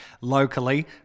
locally